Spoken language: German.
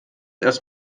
erst